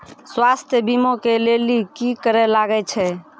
स्वास्थ्य बीमा के लेली की करे लागे छै?